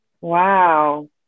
Wow